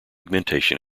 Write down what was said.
pigmentation